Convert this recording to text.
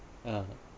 ah